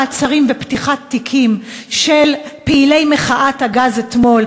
מעצרים ופתיחת תיקים של פעילי מחאת הגז אתמול,